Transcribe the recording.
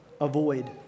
avoid